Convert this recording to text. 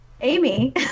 Amy